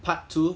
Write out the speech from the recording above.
part two